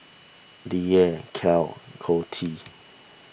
Leala Cale Cotti